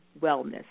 wellness